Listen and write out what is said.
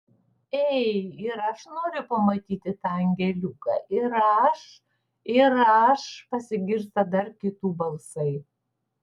ei ir aš noriu pamatyti tą angeliuką ir aš ir aš pasigirsta dar kitų balsai